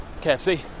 KFC